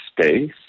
space